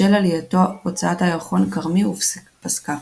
בשל עלייתו הוצאת הירחון "כרמי" פסקה.